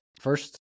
First